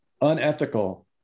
unethical